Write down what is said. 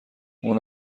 اون